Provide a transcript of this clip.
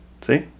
See